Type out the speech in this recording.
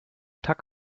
tuck